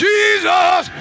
Jesus